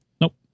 Nope